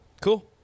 Cool